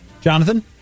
Jonathan